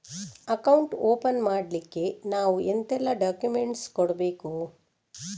Account open ಮಾಡ್ಲಿಕ್ಕೆ ನಾವು ಎಂತೆಲ್ಲ ಡಾಕ್ಯುಮೆಂಟ್ಸ್ ಕೊಡ್ಬೇಕು?